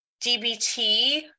DBT